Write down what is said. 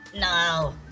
No